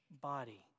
body